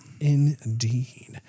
Indeed